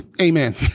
amen